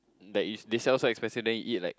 like they sell so expensive then you eat like